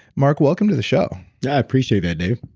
mark welcome to the show yeah i appreciate that dave